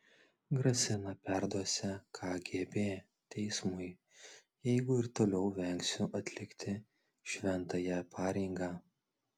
grasina perduosią kgb teismui jeigu ir toliau vengsiu atlikti šventąją pareigą